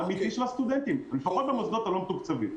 לפחות במוסדות הלא מתוקצבים.